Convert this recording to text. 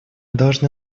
должны